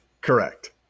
Correct